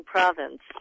Province